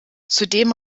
zudem